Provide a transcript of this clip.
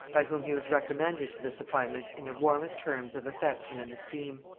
by whom he was recommended to this appointment in the warmest terms of affection and esteem.